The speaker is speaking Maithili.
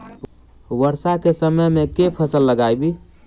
वर्षा केँ समय मे केँ फसल लगाबी?